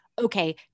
Okay